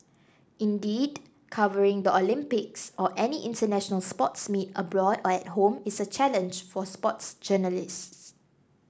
indeed covering the Olympics or any international sports meet abroad by home is a challenge for sports journalists